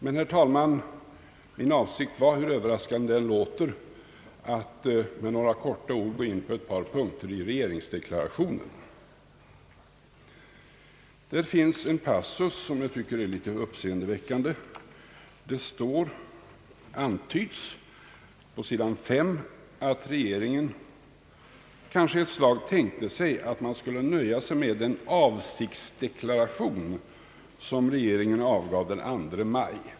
Men, herr talman, min avsikt var — hur överraskande det än låter — att med några korta ord gå in på ett par punkter i regeringsdeklarationen. Där finns först en passus, som jag tycker är litet uppseendeväckande. Det antyds att regeringen kanske ett slag tänkte sig att man skulle nöja sig med den avsiktsdeklaration, som regeringen avgav den 2 maj.